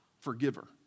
forgiver